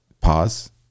pause